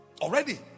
already